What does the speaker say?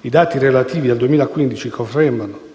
I dati relativi al 2015 confermano